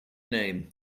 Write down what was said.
name